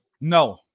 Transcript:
No